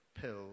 pill